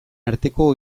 arteko